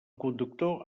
conductor